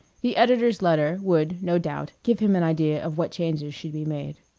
the editor's letter would, no doubt, give him an idea of what changes should be made.